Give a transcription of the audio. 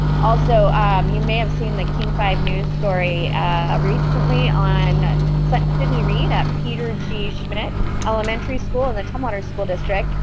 also um you may have seen the king five news story recently on sydney reed at peter g schmidt elementary school in the tumwater school district.